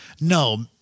no